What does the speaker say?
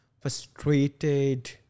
frustrated